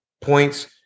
points